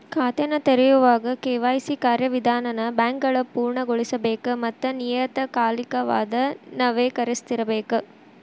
ಖಾತೆನ ತೆರೆಯೋವಾಗ ಕೆ.ವಾಯ್.ಸಿ ಕಾರ್ಯವಿಧಾನನ ಬ್ಯಾಂಕ್ಗಳ ಪೂರ್ಣಗೊಳಿಸಬೇಕ ಮತ್ತ ನಿಯತಕಾಲಿಕವಾಗಿ ನವೇಕರಿಸ್ತಿರಬೇಕ